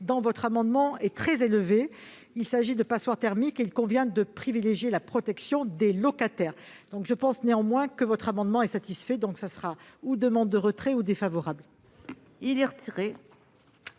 dans votre amendement est très élevé. Il s'agit de passoires thermiques et il convient de privilégier la protection des locataires. Je pense, néanmoins, que votre amendement est satisfait. Je vous demande donc de le retirer